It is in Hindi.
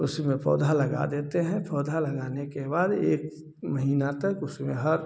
उसमें पौधा लगा देते हैं पौधा लगाने के बाद एक महीना तक उसमें हर